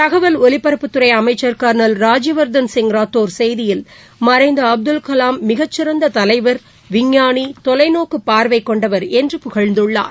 தகவல் ஒலிபரப்புத்துறைஅமைச்சா் கானல் ராஜ்யவா்தன் சிங் ரத்தோா் செய்தியில் மறைந்தஅப்துல் கலாம் மிகச்சிறந்ததலைவர் விஞ்ஞானி தொலைநோக்குபார்வைகொண்டவர் என்று புகழ்ந்துள்ளார்